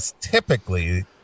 Typically